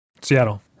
Seattle